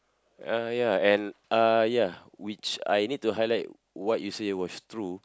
uh ya and uh ya which I need to highlight what you said was true